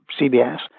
CBS